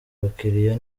abakiliya